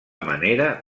manera